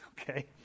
Okay